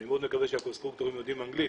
אני מקווה מאוד שהקונסטרוקטורים יודעים אנגלית,